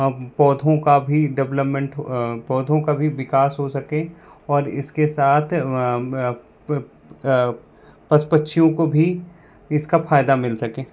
अब पौधों का भी डेवलपमेंट हो पौधों का भी विकास हो सके और इसके साथ पशु पक्षियों को भी इसका फ़ायदा मिल सकें